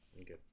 Okay